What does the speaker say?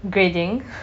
grading